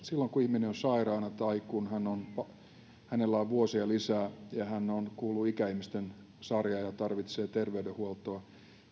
silloin kun ihminen on sairaana tai kun hänellä on vuosia lisää ja hän kuuluu ikäihmisten sarjaan ja tarvitsee terveydenhuoltoa